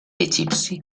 egipci